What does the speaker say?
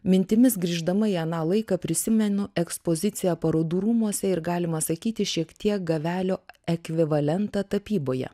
mintimis grįždama į aną laiką prisimenu ekspoziciją parodų rūmuose ir galima sakyti šiek tiek gavelio ekvivalentą tapyboje